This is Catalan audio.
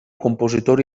compositor